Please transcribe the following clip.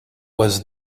was